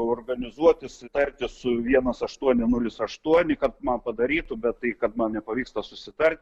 organizuotis tartis su vienas aštuoni nulis aštuoni kad man padarytų bet tai kad man nepavyksta susitart